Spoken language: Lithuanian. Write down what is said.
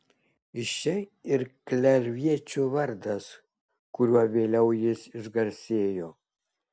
iš čia ir klerviečio vardas kuriuo vėliau jis išgarsėjo